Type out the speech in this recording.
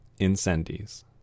Incendies